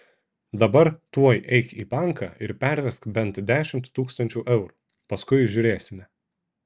dabar tuoj eik į banką ir pervesk bent dešimt tūkstančių eurų paskui žiūrėsime